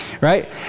right